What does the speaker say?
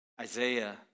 Isaiah